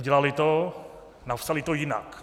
Neudělali to, napsali to jinak.